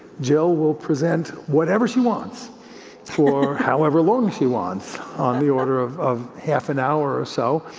jill will present whatever she wants for however long she wants on the order of of half an hour or so,